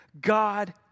God